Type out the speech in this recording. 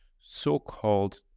so-called